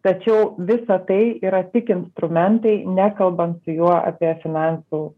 tačiau visa tai yra tik instrumentai nekalbant su juo apie finansų